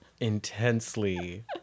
intensely